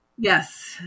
Yes